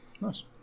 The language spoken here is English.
Nice